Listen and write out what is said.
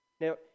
Now